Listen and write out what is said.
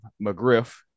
McGriff